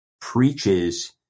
preaches